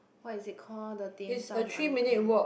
what is it call the dimsum icon